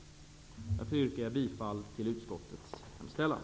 Därför yrkar jag bifall till utskottets hemställan.